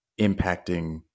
impacting